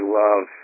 love